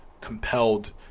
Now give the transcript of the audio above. compelled